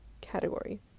category